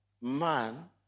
man